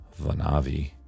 Vanavi